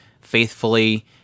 faithfully